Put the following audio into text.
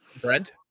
Brent